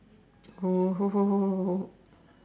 oh